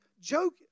joke